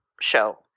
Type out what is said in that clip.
show